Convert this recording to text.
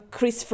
Chris